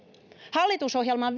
hallitusohjelman